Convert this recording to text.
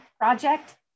project